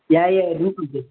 ꯌꯥꯏ ꯌꯥꯏ ꯑꯗꯨꯒꯤꯗꯤ